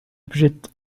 بجد